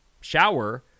shower